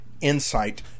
insight